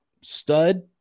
stud